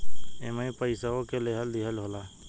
एईमे पइसवो के लेहल दीहल होला